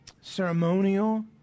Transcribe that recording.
Ceremonial